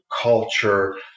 culture